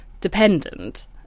dependent